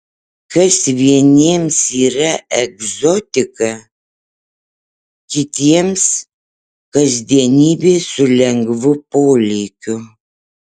kas vieniems yra egzotika kitiems kasdienybė su lengvu polėkiu